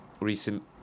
recent